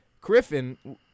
Griffin